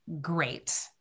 great